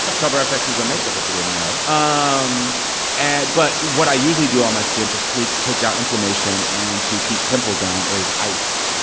ah cover fx is a makeup, if you didn't know. um and but what i usually do on my skin to take take down inflammation and to keep pimples down is ice.